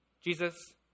Jesus